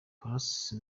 pallaso